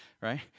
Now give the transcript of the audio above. right